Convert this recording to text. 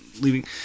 leaving